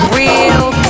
real